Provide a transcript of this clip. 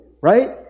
right